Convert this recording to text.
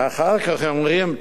אחר כך הם אומרים,